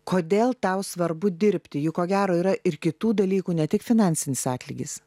kodėl tau svarbu dirbti juk ko gero yra ir kitų dalykų ne tik finansinis atlygis